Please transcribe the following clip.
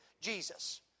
Jesus